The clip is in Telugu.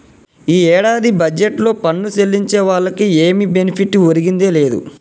ఈ ఏడాది బడ్జెట్లో పన్ను సెల్లించే వాళ్లకి ఏమి బెనిఫిట్ ఒరిగిందే లేదు